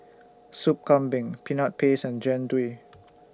Soup Kambing Peanut Paste and Jian Dui